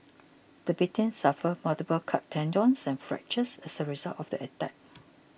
the victim suffered multiple cut tendons and fractures as a result of the attack